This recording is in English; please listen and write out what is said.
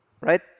right